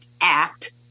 Act